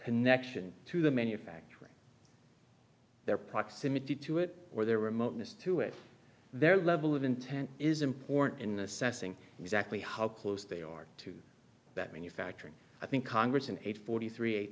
connection to the manufacturing their proximity to it or their remoteness to it their level of intent is important in assessing exactly how close they are to that when you factor in i think congress in eight forty three eight